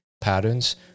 patterns